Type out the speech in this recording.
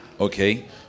okay